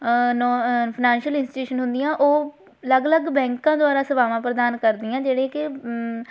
ਨ financial institution ਹੁੰਦੀਆਂ ਉਹ ਅਲੱਗ ਅਲੱਗ ਬੈਂਕਾਂ ਦੁਆਰਾ ਸੇਵਾਵਾਂ ਪ੍ਰਦਾਨ ਕਰਦੀਆਂ ਜਿਹੜੇ ਕਿ